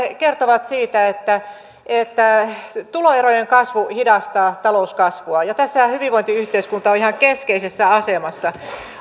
kertovat siitä että että tuloerojen kasvu hidastaa talouskasvua ja tässähän hyvinvointiyhteiskunta on ihan keskeisessä asemassa